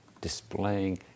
displaying